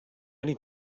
need